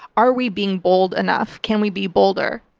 are we being bold enough? can we be bolder?